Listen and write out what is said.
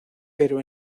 pero